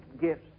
gifts